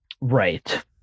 Right